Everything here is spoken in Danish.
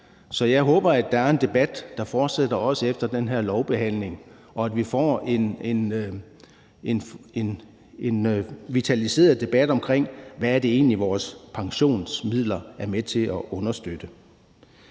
Så jeg håber, at der er en debat, der fortsætter også efter den her lovbehandling, og at vi får en vitaliseret debat omkring, hvad det egentlig er, vores pensionsmidler er med til at understøtte.